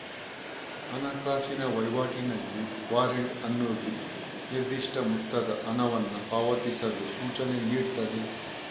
ಹಣಕಾಸಿನ ವೈವಾಟಿನಲ್ಲಿ ವಾರೆಂಟ್ ಅನ್ನುದು ನಿರ್ದಿಷ್ಟ ಮೊತ್ತದ ಹಣವನ್ನ ಪಾವತಿಸಲು ಸೂಚನೆ ನೀಡ್ತದೆ